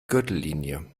gürtellinie